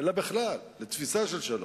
אלא בכלל לתפיסה של שלום,